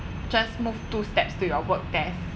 just move two steps to your work desk